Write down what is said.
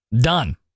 Done